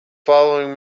following